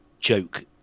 joke